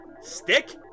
Stick